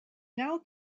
now